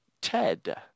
Ted